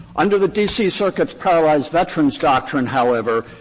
under the d c. circuit's paralyzed veterans doctrine however,